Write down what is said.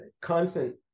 constant